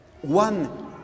One